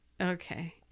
Okay